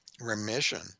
remission